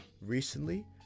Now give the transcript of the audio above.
recently